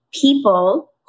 people